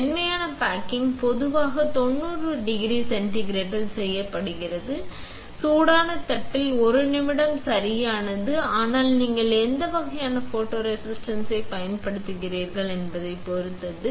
மென்மையான பேக்கிங் பொதுவாக 90 டிகிரி சென்டிகிரேடில் செய்யப்படுகிறது சூடான தட்டில் 1 நிமிடம் சரியானது ஆனால் நீங்கள் எந்த வகையான ஃபோட்டோரெசிஸ்டைப் பயன்படுத்துகிறீர்கள் என்பதைப் பொறுத்தது